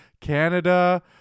Canada